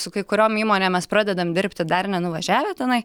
su kai kuriom įmonėm mes pradedam dirbti dar nenuvažiavę tenai